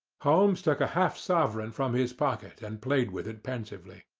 holmes took a half-sovereign from his pocket and played with it pensively.